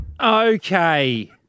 Okay